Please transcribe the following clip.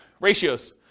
ratios